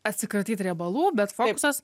atsikratyt riebalų bet fokusas